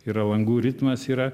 yra langų ritmas yra